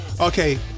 okay